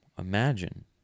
imagine